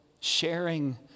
sharing